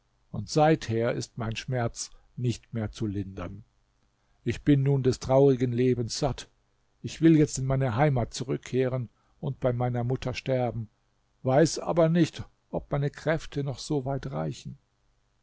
und seither ist mein schmerz nicht mehr zu lindern ich bin nun des traurigen lebens satt ich will jetzt in meine heimat zurückkehren und bei meiner mutter sterben weiß aber nicht ob meine kräfte noch so weit reichen